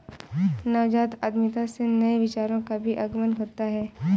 नवजात उद्यमिता से नए विचारों का भी आगमन होता है